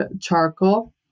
charcoal